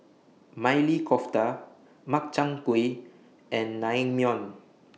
Maili Kofta Makchang Gui and Naengmyeon